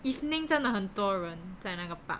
evening 真的很多人在那个 park